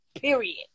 period